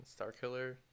Starkiller